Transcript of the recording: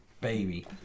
baby